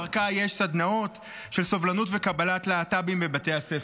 שדרכה יש סדנאות לסובלנות וקבלת להט"בים בבתי הספר.